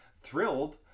thrilled